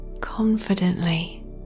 confidently